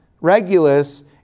Regulus